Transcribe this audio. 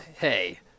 hey